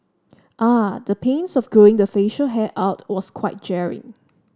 the pains of growing the facial hair out was quite jarring